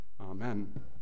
Amen